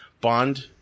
bond